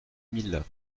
mille